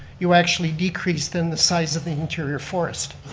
you actually decrease then the size of the interior forest.